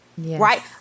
Right